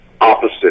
opposite